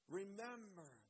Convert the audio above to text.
remember